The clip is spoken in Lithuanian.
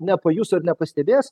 nepajus ar nepastebės